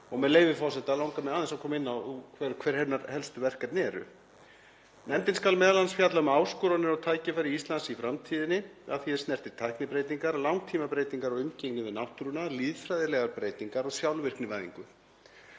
og með leyfi forseta langar mig aðeins að koma inn á hver hennar helstu verkefni eru: „Nefndin skal m.a. fjalla um áskoranir og tækifæri Íslands í framtíðinni að því er snertir tæknibreytingar, langtímabreytingar á umgengni við náttúruna, lýðfræðilegar breytingar og sjálfvirknivæðingu.“